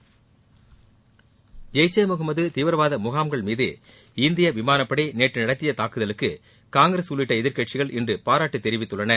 ஜெய்ஷ் ஏ முகம்மது தீவிரவாத முகாம்கள் மீது இந்திய விமானப்படை நேற்று நடத்திய தாக்குதலுக்கு காங்கிரஸ் உள்ளிட்ட எதிர்க்கட்சிகள் இன்று பாராட்டு தெரிவித்துள்ளன